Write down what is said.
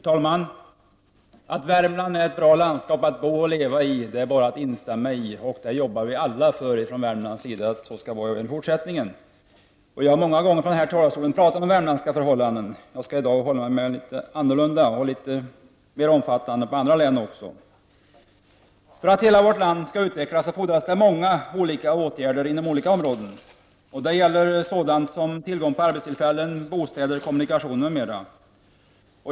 Fru talman! Värmland är ett bra landskap att bo och leva i. Man kan inte göra annat än instämma i det. Från Värmlands sida arbetar vi alla för att det skall vara så även i fortsättningen. Jag har här i talarstolen många gånger talat om värmländska förhållanden. I dag skall jag ha ett litet annorlunda och mera omfattande anförande som också gäller andra län. För att hela vårt land skall kunna utvecklas fordras det många olika åtgärder inom olika områden. Det gäller tillgången till arbetstillfällen, bostäder, kommunikationer m.m.